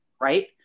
right